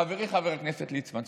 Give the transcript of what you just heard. חברי חבר הכנסת ליצמן,